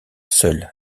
seul